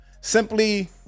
simply